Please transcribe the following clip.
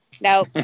no